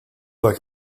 liked